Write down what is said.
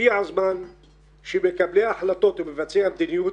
הגיע הזמן שמקבלי ההחלטות ומבצעי המדיניות